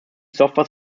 software